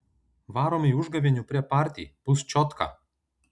varom į užgavėnių prepartį bus čiotka